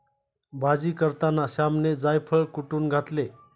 भाजी करताना श्यामने जायफळ कुटुन घातले